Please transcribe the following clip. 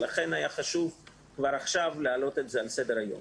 לכן היה חשוב כבר עכשיו להעלות את זה על סדר היום.